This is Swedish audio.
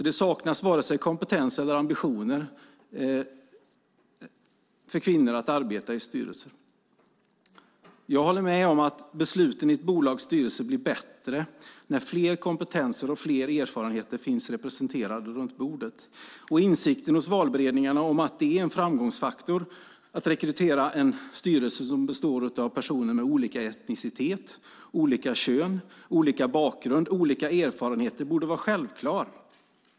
Det saknas varken kompetens eller ambitioner för kvinnor att arbeta i styrelser. Jag håller med om att besluten i ett bolags styrelse blir bättre när fler kompetenser och fler erfarenheter finns representerade runt bordet. Insikten hos valberedningarna om att det är en framgångsfaktor att rekrytera en styrelse som består av personer med olika etnicitet, olika kön, olika bakgrund och olika erfarenheter borde vara självklar.